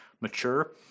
mature